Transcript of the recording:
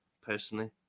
personally